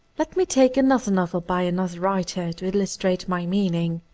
let me take another novel by another writer to illustrate my meaning.